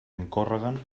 incórreguen